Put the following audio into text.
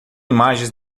imagens